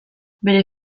bere